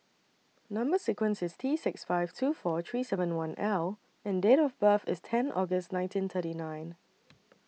Number sequence IS T six five two four three seven one L and Date of birth IS ten August nineteen thirty nine